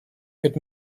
could